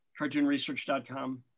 cartoonresearch.com